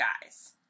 guys